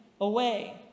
away